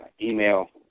email